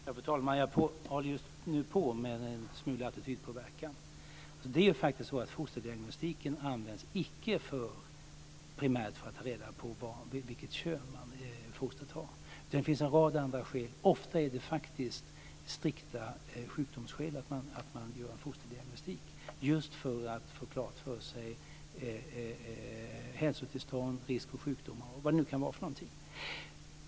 Fru talman! Jag håller just nu på med en smula attitydpåverkan. Det är faktiskt så att fosterdiagnostiken inte primärt används för att ta reda vilket kön fostret har. Det finns en rad andra skäl. Ofta är det faktiskt av strikta sjukdomsskäl som man gör en fosterdiagnostik just för att få klart för sig om hälsotillstånd, risk för sjukdomar och vad det nu kan vara för något.